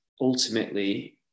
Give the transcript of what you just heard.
ultimately